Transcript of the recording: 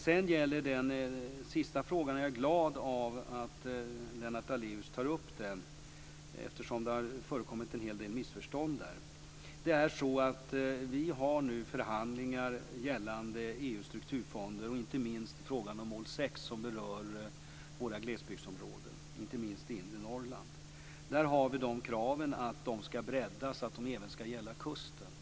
Jag är glad att Lennart Daléus tog upp den sista frågan. Det har förekommit en del missförstånd. Det sker nu förhandlingar om EU:s strukturfonder - inte minst gäller de frågan om mål 6, som berör våra glesbygdsområden. Detta gäller inte minst inre Norrland. Vi har lagt fram kraven att områdena skall breddas och även gälla kusten.